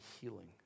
healing